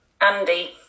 Andy